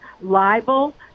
libel